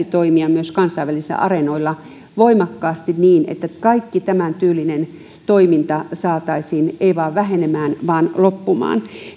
toimia myös kansainvälisillä areenoilla voimakkaasti niin että kaikki tämäntyylinen toiminta saataisiin ei vain vähenemään vaan loppumaan